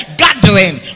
gathering